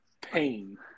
pain